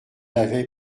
avait